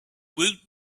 woot